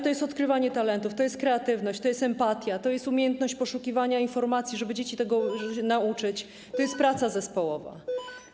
To jest odkrywanie talentów, to jest kreatywność, to jest empatia, to jest umiejętność poszukiwania informacji, żeby dzieci tego nauczyć, to jest praca zespołowa.